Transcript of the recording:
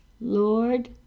Lord